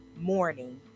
morning